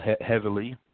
heavily